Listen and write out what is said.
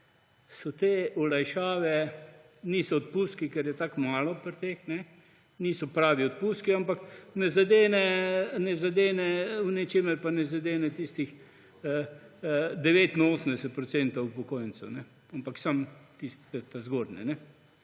te olajšave niso odpustki, ker je tako malo pri teh, niso pravi odpustki, ampak z ničimer pa ne zadene tistih 89 % upokojencev, ampak samo tiste ta zgornje.